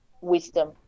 wisdom